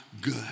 good